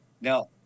Now